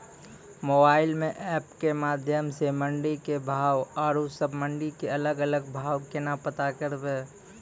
Mobile म app के माध्यम सऽ मंडी के भाव औरो सब मंडी के अलग अलग भाव केना पता करबै?